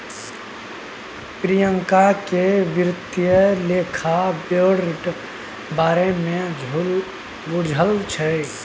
प्रियंका केँ बित्तीय लेखा बोर्डक बारे मे बुझल छै